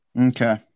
Okay